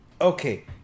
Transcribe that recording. Okay